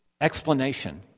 explanation